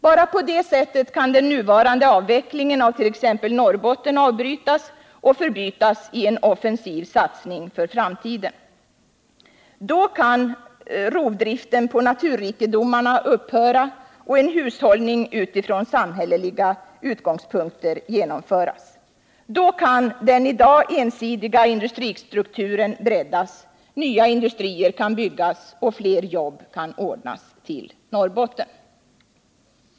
Bara på det sättet kan den nuvarande avvecklingen av t.ex. Norrbotten avbrytas och förbytas i en offensiv satsning för framtiden. Då kan rovdriften på naturrikedomarna upphöra och en hushållning utifrån samhälleliga utgångspunkter genomföras. Då kan den i dag ensidiga industristrukturen breddas, nya industrier byggas och fler jobb ordnas till Norrbotten.